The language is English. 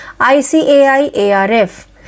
ICAI-ARF